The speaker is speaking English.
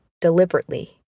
deliberately